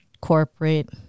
Corporate